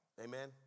Amen